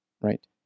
right